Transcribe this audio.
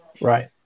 Right